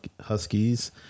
Huskies